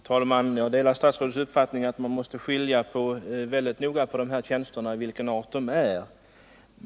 Herr talman! Jag delar statsrådets uppfattning att man väldigt noga måste skilja på olika typer av tjänster.